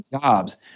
jobs